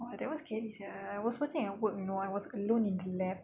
oh that [one] scary sia was watching at work you know I was alone in the lab